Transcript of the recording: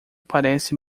parece